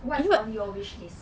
what's on your wish list